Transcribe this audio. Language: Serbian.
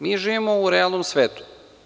Mi živimo u realnom svetu.